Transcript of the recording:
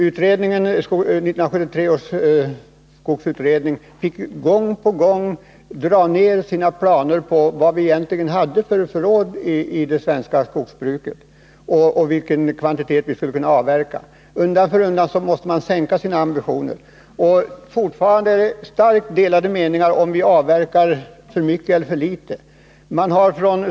1973 års skogsutredning fick gång på gång ändra sina beräkningar av vilka förråd vi egentligen hade i det svenska skogsbruket och vilken kvantitet skog vi skulle kunna avverka. Undan för undan har man varit tvungen att sänka sina ambitioner. Fortfarande är meningarna starkt delade om huruvida vi avverkar för mycket eller för litet skog.